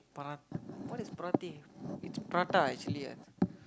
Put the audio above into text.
para~ what is paratay it's prata actually right